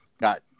got